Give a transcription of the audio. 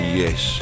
yes